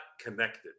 connected